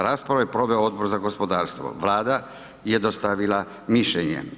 Raspravu je proveo Odbor za gospodarstvo, Vlada je dostavila mišljenje.